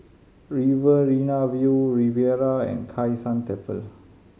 Riverina View Riviera and Kai San Temple